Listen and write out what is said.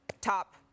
top